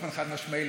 באופן חד-משמעי,